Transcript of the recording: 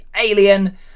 Alien